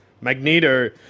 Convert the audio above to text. Magneto